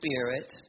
spirit